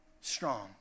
strong